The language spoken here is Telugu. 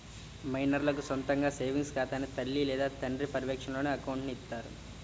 మైనర్లకు సొంతగా సేవింగ్స్ ఖాతాని తల్లి లేదా తండ్రి పర్యవేక్షణలోనే అకౌంట్ని ఇత్తారు